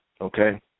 Okay